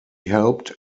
helped